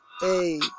Hey